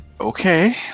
okay